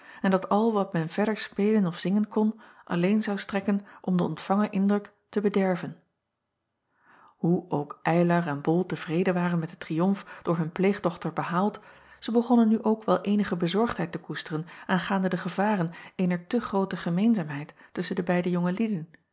en dat al wat men verder spelen of zingen kon alleen zou strekken om den ontvangen indruk te bederven oe ook ylar en ol tevreden waren met den triomf door hun pleegdochter behaald zij begonnen nu ook wel eenige bezorgdheid te koesteren aangaande de gevaren eener acob van ennep laasje evenster delen te groote gemeenzaamheid tusschen de beide jonge lieden